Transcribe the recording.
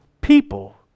People